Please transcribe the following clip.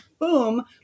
boom